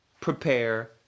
prepare